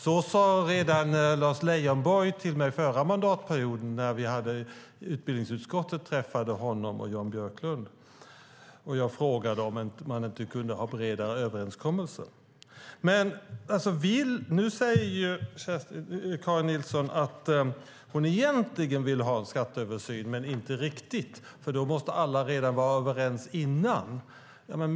Så sade redan Lars Leijonborg till mig under förra mandatperioden när utbildningsutskottet träffade honom och Jan Björklund och jag frågade om man inte kunde ha bredare överenskommelser. Nu säger Karin Nilsson att hon egentligen vill ha en skatteöversyn men inte riktigt, för då måste alla vara överens redan innan.